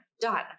done